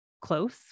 close